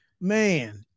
man